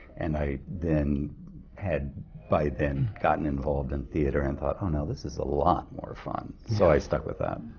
and i then had by then gotten involved in theatre, and thought, oh, no, this is a lot more fun. so i stuck with that.